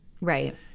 Right